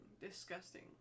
disgusting